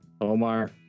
Omar